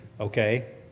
okay